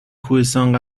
کوهستان